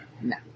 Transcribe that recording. No